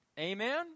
Amen